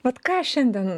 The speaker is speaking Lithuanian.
vat ką šiandien